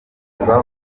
kubutaka